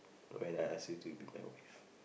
when I ask you to prepare your brief